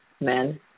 men